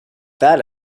that